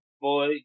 boy